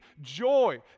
joy